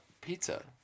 pizza